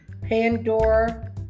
Pandora